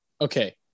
Okay